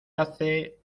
hace